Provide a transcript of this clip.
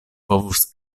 povus